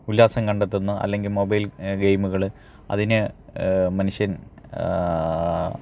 ഉല്ലാസം കണ്ടെത്തുന്ന അല്ലെങ്കില് മൊബൈൽ ഗെയ്മുകള് അതിന് മനുഷ്യൻ